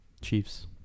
Chiefs